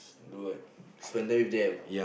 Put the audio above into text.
do what squander with them